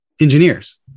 engineers